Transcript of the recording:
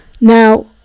Now